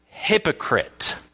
Hypocrite